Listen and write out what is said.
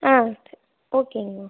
ஆ சேரி ஓகேங்கம்மா